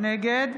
נגד